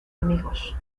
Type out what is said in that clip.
amigos